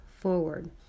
forward